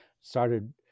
started